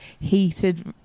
heated